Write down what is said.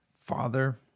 father